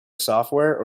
software